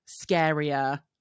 scarier